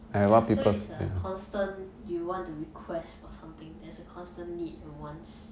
ya so it's a constant do you want to request for something there's a constant need and want